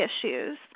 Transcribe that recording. issues